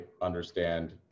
understand